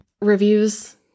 Reviews